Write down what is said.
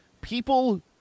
people